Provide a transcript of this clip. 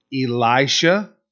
Elisha